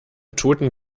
toten